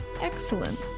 Excellent